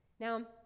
Now